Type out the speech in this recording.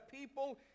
people